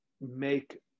make